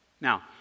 Now